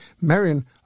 Marion